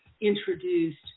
introduced